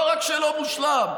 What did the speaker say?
לא רק שלא מושלם,